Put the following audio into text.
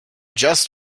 just